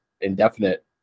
indefinite